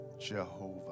Jehovah